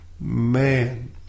Man